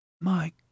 My